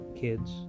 kids